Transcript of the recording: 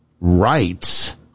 rights